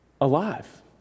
alive